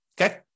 Okay